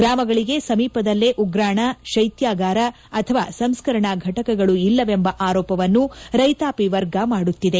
ಗ್ರಾಮಗಳಿಗೆ ಸಮೀಪದಲ್ಲೇ ಉಗ್ರಾಣ ಕೈತ್ಯಾಗಾರ ಅಥವಾ ಸಂಸ್ಕರಣಾ ಘಟಕಗಳು ಇಲ್ಲವೆಂಬ ಆರೋಪವನ್ನು ರೈತಾಪಿ ವರ್ಗ ಮಾಡುತ್ತಿದೆ